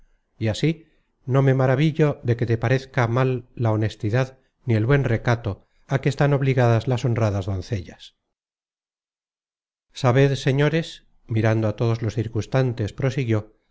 y así no me maravillo de que te parezca mal la honestidad ni el buen recato á que están obligadas las honradas doncellas sabed señores mirando a todos los circunstantes prosiguió que esta mujer